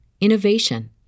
innovation